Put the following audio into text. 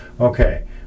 okay